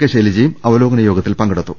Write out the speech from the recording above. K ശൈലജയും അവലോകന യോഗത്തിൽ പങ്കെ ടുത്തു